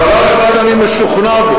דבר אחד אני משוכנע בו,